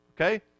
Okay